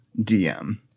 DM